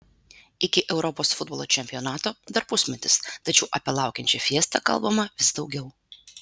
iki europos futbolo čempionato dar pusmetis tačiau apie laukiančią fiestą kalbama vis daugiau